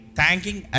thanking